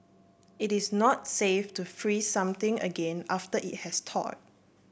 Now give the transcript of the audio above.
it is not safe to freeze something again after it has thaw